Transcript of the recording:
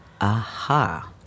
Aha